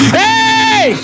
hey